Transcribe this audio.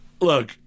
Look